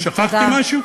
שכחתי משהו?